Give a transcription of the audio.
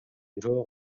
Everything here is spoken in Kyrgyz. бирөө